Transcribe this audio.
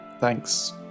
thanks